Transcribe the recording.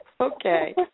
Okay